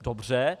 Dobře.